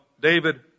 David